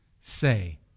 say